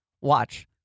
watch